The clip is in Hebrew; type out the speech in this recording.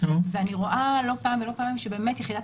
ואני רואה לא פעם ולא פעמיים שבאמת יחידת